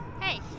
Hey